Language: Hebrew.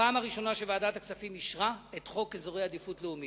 הפעם הראשונה שוועדת הכספים אישרה את חוק אזורי עדיפות לאומית.